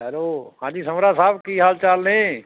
hello ਹਾਂਜੀ ਸਮਰਾ ਸਾਹਿਬ ਕੀ ਹਾਲ ਚਾਲ ਨੇ